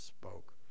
spoke